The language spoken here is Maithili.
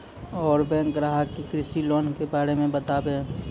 और बैंक ग्राहक के कृषि लोन के बारे मे बातेबे?